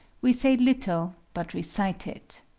we say little but recite it.